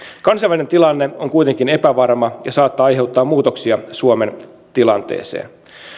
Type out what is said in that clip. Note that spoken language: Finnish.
kansainvälinen tilanne on kuitenkin epävarma ja saattaa aiheuttaa muutoksia suomen tilanteeseen